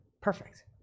Perfect